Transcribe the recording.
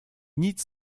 nic